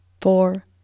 four